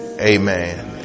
amen